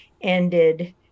ended